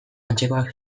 antzekoak